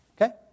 Okay